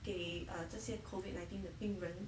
给 ah 这些 COVID nineteen 的病人